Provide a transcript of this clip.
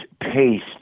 pace